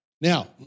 Now